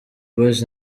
boys